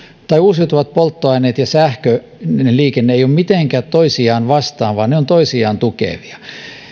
uusiutuvat polttoaineet ja sähköinen liikenne eivät ole mitenkään toisiaan vastaan vaan ne ovat toisiaan tukevia